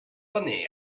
money